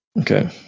okay